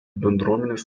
bendruomenės